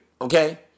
okay